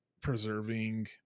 preserving